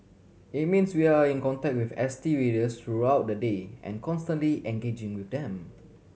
it means we are in contact with S T readers throughout the day and constantly engaging with them